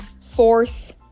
Force